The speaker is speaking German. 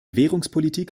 währungspolitik